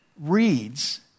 reads